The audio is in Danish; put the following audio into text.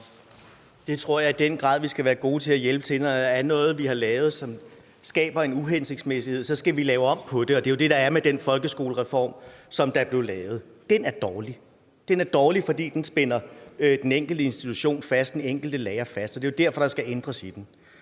Det tror jeg i den grad vi skal være gode til at hjælpe til med. Når der er noget, vi har lavet, som skaber en uhensigtsmæssighed, så skal vi lave om på det. Og det er jo det, der er med den folkeskolereform, som er blevet lavet: Den er dårlig. Den er dårlig, fordi den spænder den enkelte institution og den enkelte lærer fast, og det er derfor, der skal ændres i den.